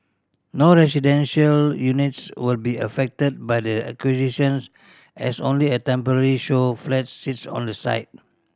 no residential units will be affected by the acquisitions as only a temporary show flats sits on the site